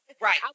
right